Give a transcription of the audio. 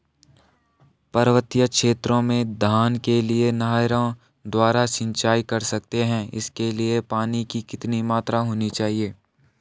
पर्वतीय क्षेत्रों में धान के लिए नहरों द्वारा सिंचाई कर सकते हैं इसके लिए पानी की कितनी मात्रा होनी चाहिए?